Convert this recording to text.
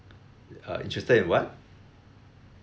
uh interested in what